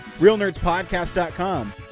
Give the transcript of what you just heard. realnerdspodcast.com